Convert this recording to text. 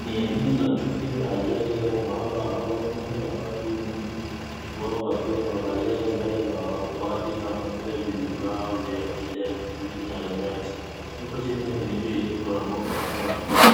Ni eneo la tukio la ajali au maafa ambapo kundi la watu wengi wao wakiwa wamevalia sare za waokoaji kama vile vijibao vya kijani kibichi na helmet . Huku chini ya miili iliyoporomoka au uchafu.